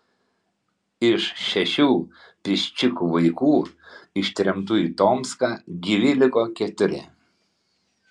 iš šešių piščikų vaikų ištremtų į tomską gyvi liko keturi